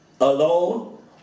alone